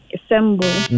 Assemble